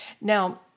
Now